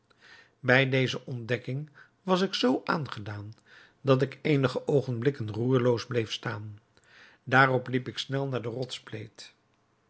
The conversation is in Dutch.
bij deze ontdekking was ik zoo aangedaan dat ik eenige oogenblikken roerloos bleef staan daarop liep ik snel naar de